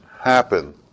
happen